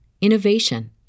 innovation